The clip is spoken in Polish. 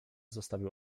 zostawił